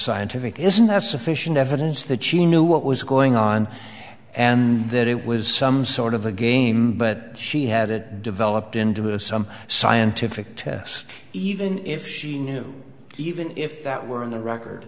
scientific isn't have sufficient evidence that she knew what was going on and that it was some sort of a game but she had it developed into a some scientific test even if she knew even if that were on the record